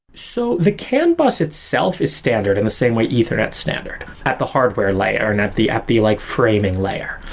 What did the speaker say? so the can bus itself is standard, in the same way ethernet standard, at the hardware layer and at the at the like framing layer.